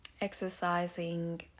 exercising